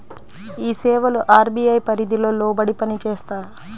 ఈ సేవలు అర్.బీ.ఐ పరిధికి లోబడి పని చేస్తాయా?